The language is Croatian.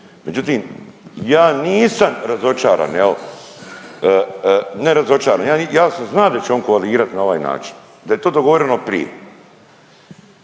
Međutim ja nisam razočaran evo, ne razočaran, ja sam zna da će on koalirat na ovaj način, da je to dogovoreno prije.